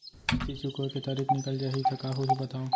किस्ती चुकोय के तारीक निकल जाही त का होही बताव?